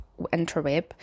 interweb